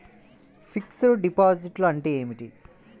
Fixed డిపాజిట్లు అంటే ఏమిటి?